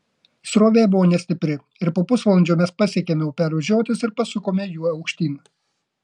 srovė buvo nestipri ir po pusvalandžio mes pasiekėme upelio žiotis ir pasukome juo aukštyn